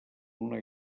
una